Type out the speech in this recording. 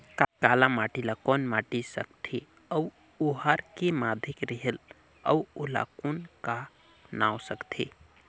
काला माटी ला कौन माटी सकथे अउ ओहार के माधेक रेहेल अउ ओला कौन का नाव सकथे?